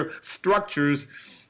Structures